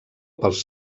pels